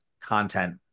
content